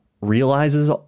realizes